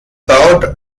baut